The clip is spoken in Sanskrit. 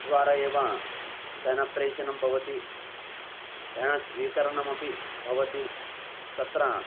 द्वारा एव धनप्रेषणं भवति धनस्वीकरणमपि भवति तत्र